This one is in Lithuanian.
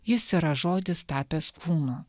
jis yra žodis tapęs kūnu